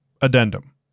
Addendum